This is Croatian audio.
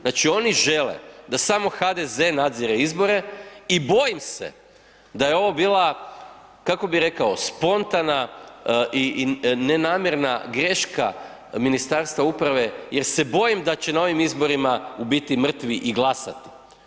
Znači oni žele da samo HDZ nadzire izbore i boji se da je ovo bila, kako bi rekao, spontana i nenamjerna greška Ministarstva uprave jer se bojim da će na ovim izborima u biti mrtvi i glasati.